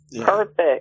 Perfect